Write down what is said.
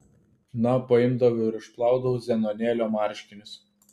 na paimdavau ir išplaudavau zenonėlio marškinius